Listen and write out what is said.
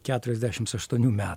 keturiasdešims aštuonių me